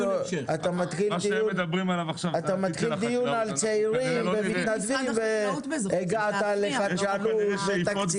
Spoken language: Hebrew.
אתה מתחיל דיון על צעירים ומתנדבים והגעת לחדשנות ותקציבים.